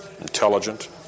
intelligent